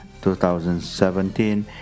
2017